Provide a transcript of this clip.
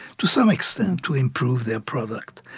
to some extent, to improve their product.